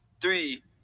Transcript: three